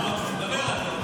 נדבר על זה.